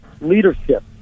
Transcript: leadership